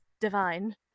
divine